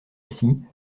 assis